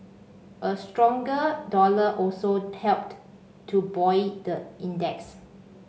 a stronger dollar also helped to buoy the index